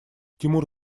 тимур